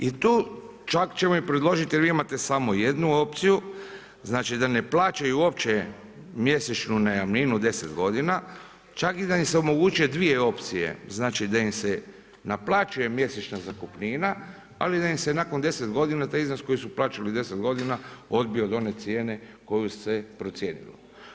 I tu čak ćemo i predložiti jer vi imate samo jednu opciju, znači da ne plaćaju uopće mjesečnu najamninu 10 godina, čak i da im se omoguće dvije opcije, znači da im se naplaćuje mjesečna zakupnina ali da im se nakon 10 godina taj iznos koji su plaćali 10 godina odbije od one cijene koju se procijenilo.